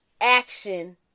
action